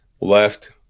left